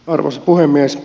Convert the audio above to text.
arvoisa puhemies